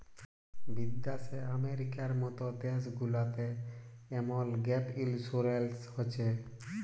বিদ্যাশে আমেরিকার মত দ্যাশ গুলাতে এমল গ্যাপ ইলসুরেলস হছে